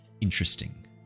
Interesting